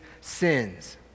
sins